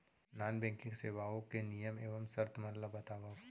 non banking सेवाओं के नियम एवं शर्त मन ला बतावव